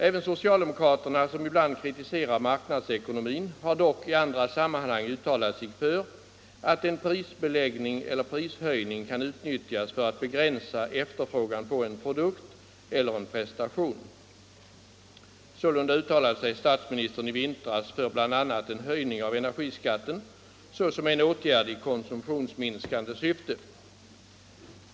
Även socialdemokraterna, som ibland kritiserar marknadsekonomin, har dock i andra sammanhang uttalat sig för att en prisbeläggning eller prishöjning kan utnyttjas för att begränsa efterfrågan på en produkt eller en prestation. Sålunda uttalade sig statsministern i vintras för bl.a. en höjning av energiskatten såsom en åtgärd i konsumtionsminskande syfte.